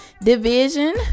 Division